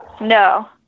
No